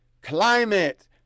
climate